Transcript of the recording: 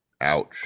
Ouch